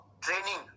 Training